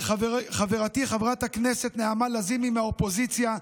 ולחברתי חברת הכנסת נעמה לזימי מהאופוזיציה,